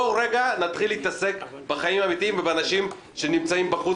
בואו רגע נתחיל להתעסק בחיים האמיתיים ובאנשים שנמצאים בחוץ